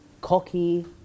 Cocky